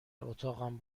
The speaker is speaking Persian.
اتاقم